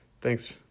thanks